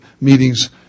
meetings